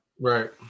Right